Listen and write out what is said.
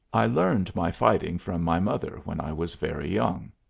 i learned my fighting from my mother when i was very young.